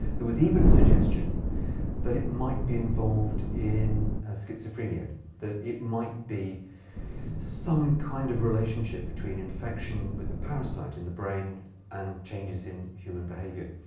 there was even a suggestion that it might be involved in schizophrenia that it might be some kind of relationship between infection with the parasite in the brain and changes in human behavior.